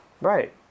right